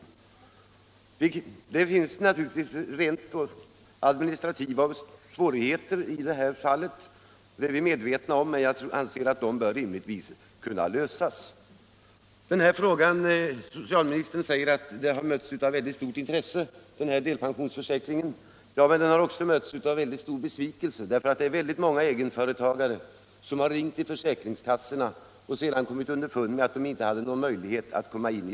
Vi är medvetna om att det här föreligger rent administrativa svårigheter, men rimligtvis bör dessa kunna lösas. Socialministern säger att delpensionsreformen har mötts av ett mycket stort intresse. Den har emellertid också mötts av en mycket stor besvikelse; många egenföretagare har vid samtal med försäkringskassan fått veta att de inte omfattas av systemet.